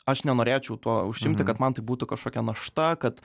aš nenorėčiau tuo užsiimti kad man tai būtų kažkokia našta kad